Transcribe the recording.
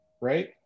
Right